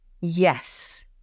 Yes